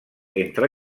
entre